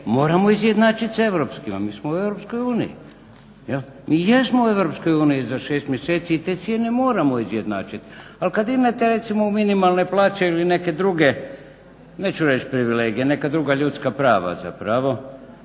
moram izjednačit s Europskima mi smo u EU. Jel mi jesmo u EU za 6 mjeseci i te cijene moramo izjednačit, ali kad imat recimo u minimalnoj plaći ili neke druge, neću reći privilegije, neka druga ljudska prava zapravo,